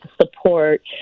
support